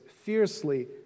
fiercely